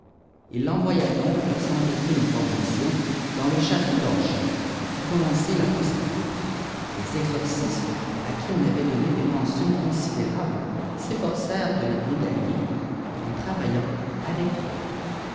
il l'envoya donc sans aucune information dans le château d'angers et fit commencer la pro cédure les exorcistes à qui on avait donné des pensions considérables s'eftorcèrent de les bien gagner en travaillant aec vi